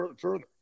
further